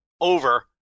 over